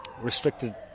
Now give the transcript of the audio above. restricted